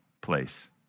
place